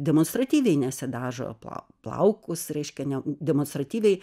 demonstratyviai nesidažo plau plaukus reiškia ne demonstratyviai